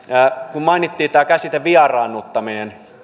kun mainittiin käsite vieraannuttaminen